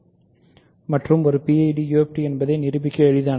இது ஒரு PID மற்றும் ஒரு PID UFD என்பதை நிரூபிக்க எளிதானது